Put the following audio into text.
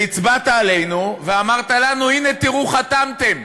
והצבעת עלינו, ואמרת לנו: הנה, תראו, חתמתם.